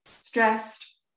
stressed